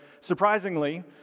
surprisingly